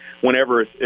whenever